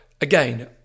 again